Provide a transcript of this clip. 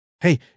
Hey